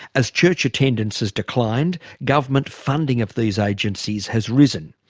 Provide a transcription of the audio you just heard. as church attendance has declined, government funding of these agencies has risen.